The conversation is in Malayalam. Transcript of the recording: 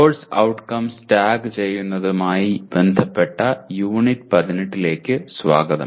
കോഴ്സ് ഔട്ട്കംസ് ടാഗുചെയ്യുന്നതുമായി ബന്ധപ്പെട്ട യൂണിറ്റ് 18 ലേക്ക് സ്വാഗതം